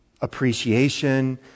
appreciation